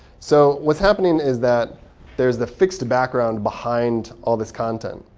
so what's happening is that there's the fixed background behind all this content.